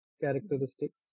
characteristics